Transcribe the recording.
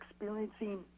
experiencing